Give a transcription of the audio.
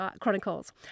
Chronicles